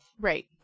Right